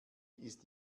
ist